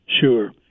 Sure